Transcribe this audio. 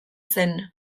zen